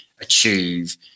achieve